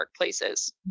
workplaces